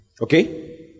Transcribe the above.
Okay